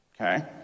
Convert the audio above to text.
okay